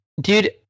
dude